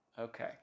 Okay